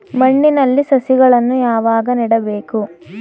ಮಣ್ಣಿನಲ್ಲಿ ಸಸಿಗಳನ್ನು ಯಾವಾಗ ನೆಡಬೇಕು?